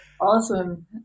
awesome